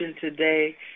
today